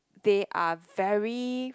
they are very